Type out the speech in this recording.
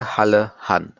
halle–hann